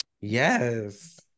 Yes